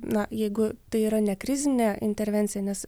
na jeigu tai yra nekrizinė intervencija nes